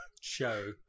show